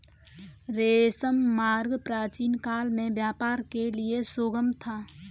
रेशम मार्ग प्राचीनकाल में व्यापार के लिए सुगम था